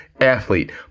athlete